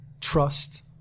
Trust